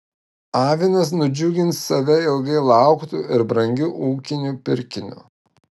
avinas nudžiugins save ilgai lauktu ir brangiu ūkiniu pirkiniu